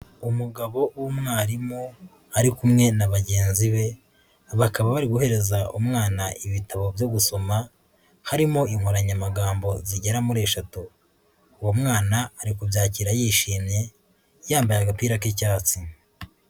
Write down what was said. Umugabo w'umwarimu ari kumwe na bagenzi be, bakaba bari guhereza umwana ibitabo byo gusoma harimo inkoranyamagambo zigera muri eshatu, uwo mwana ari byakira yishimye yambaye agapira k'icyatsi.